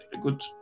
good